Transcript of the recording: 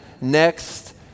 next